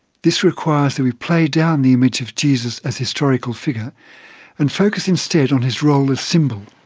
this requires that we play down the image of jesus as historical figure and focus instead on his role as symbol.